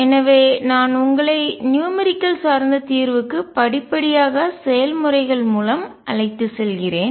எனவே நான் உங்களை நியூமெரிக்கல்எண்ணியல் சார்ந்த தீர்வுக்கு படிப்படியாக செயல் முறைகள் மூலம் அழைத்துச் செல்கிறேன்